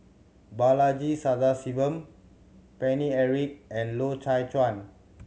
Balaji Sadasivan Paine Eric and Loy Chye Chuan